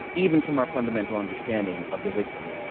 even from our fundamental understanding of the higgs field